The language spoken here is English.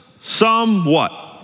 somewhat